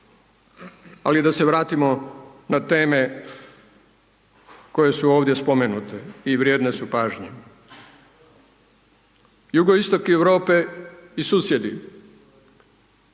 Ali da se vratimo na teme koje su ovdje spomenute i vrijedne su pažnje. Jugoistok Europe i susjedi,